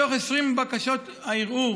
מתוך 20 בקשות הערעור